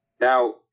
Now